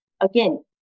Again